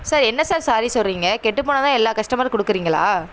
sir என்ன sir sorry சொல்கிறீங்க கெட்டு போனது தான் எல்லா கஸ்டமரும் கொடுக்கறீங்களா